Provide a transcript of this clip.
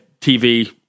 TV